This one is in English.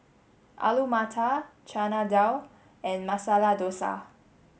Alu Matar Chana Dal and Masala Dosa